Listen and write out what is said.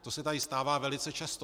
To se tady stává velice často.